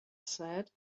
said